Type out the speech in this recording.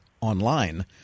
online